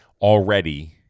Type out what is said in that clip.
already